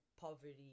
poverty